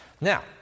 Now